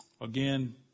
again